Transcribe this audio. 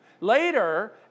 Later